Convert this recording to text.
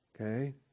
okay